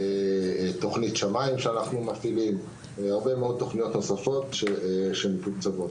תוכנית ׳שמיים׳ שאנחנו מפעילים ועוד תוכניות רבות נוספות שמתוקצבות.